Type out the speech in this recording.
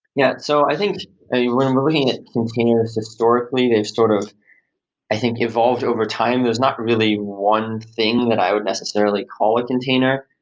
yeah so, i think when we're looking at containers historically, they've sort of i think evolved overtime. there's not really one thing that i would necessarily call a container.